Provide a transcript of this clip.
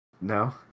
No